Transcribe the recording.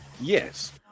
yes